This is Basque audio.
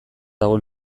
dago